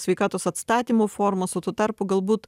sveikatos atstatymo formas o tuo tarpu galbūt